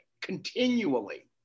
continually